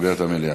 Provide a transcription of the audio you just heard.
סוגר את המליאה.